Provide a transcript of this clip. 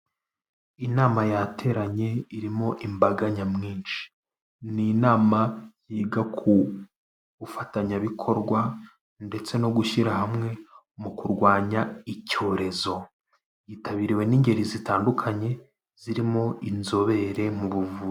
Inama yateranye irimo imbaga nyamwinshi, ni nama yiga ku bufatanyabikorwa ndetse no gushyira hamwe mu kurwanya icyorezo, yitabiriwe n'ingeri zitandukanye, zirimo inzobere mu buvuzi.